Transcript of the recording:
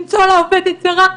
בלמצוא לה עובדת זרה,